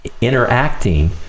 interacting